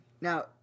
Now